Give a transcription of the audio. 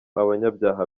abanyabyaha